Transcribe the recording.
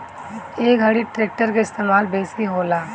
ए घरी ट्रेक्टर के इस्तेमाल बेसी होला